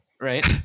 right